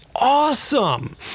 awesome